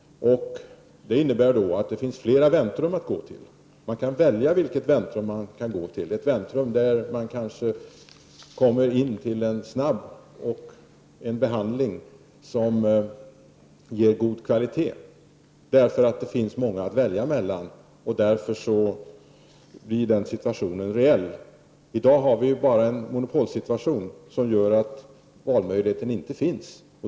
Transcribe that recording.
Det innebär att det finns flera väntrum att gå till. Man kanske kan välja ett väntrum där man snabbt kan få behandling som också ger god kvalitet. När det finns många att välja mellan blir denna situation reell. I dag har vi en monopolsituation som gör att valfriheten inte finns.